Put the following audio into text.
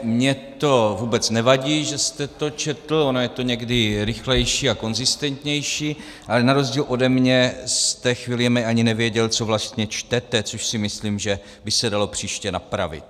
Mně to vůbec nevadí, že jste to četl, je to někdy rychlejší a konzistentnější, ale na rozdíl ode mě jste chvílemi ani nevěděl, co vlastně čtete, což si myslím, že by se dalo příště napravit.